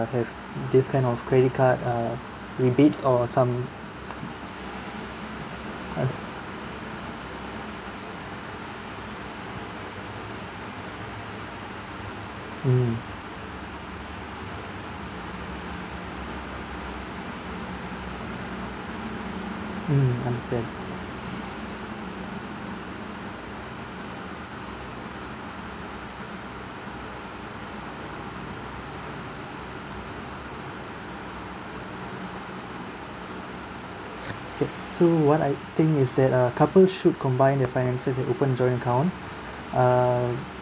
have this kind of credit card uh rebates or some !huh! mm mm understand okay so what I think is that uh couple should combine their finances and open joint account err